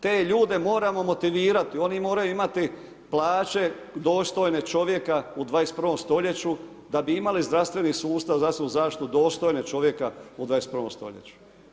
Te ljude moramo motivirati, oni moraju imati plaće dostojne čovjeka u 21. stoljeću da bi imali zdravstveni sustav, zdravstvenu zaštitu dostojne čovjeka u 21. stoljeću.